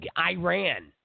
Iran